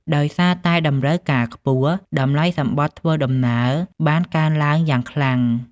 ដោយសារតែតម្រូវការខ្ពស់ តម្លៃសំបុត្រធ្វើដំណើរបានកើនឡើងយ៉ាងខ្លាំង។